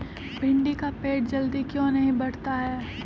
भिंडी का पेड़ जल्दी क्यों नहीं बढ़ता हैं?